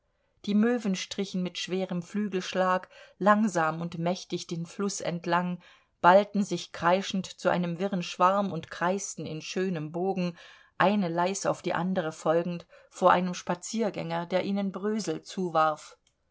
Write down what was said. die möwen strichen mit schwerem flügelschlag langsam und mächtig den fluß entlang ballten sich kreischend zu einem wirren schwarm und kreisten in schönem bogen eine leis auf die andre folgend vor einem spaziergänger der ihnen brösel zuwarf